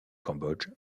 cambodge